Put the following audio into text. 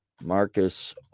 Marcus